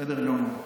בסדר גמור.